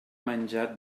menjat